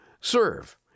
Serve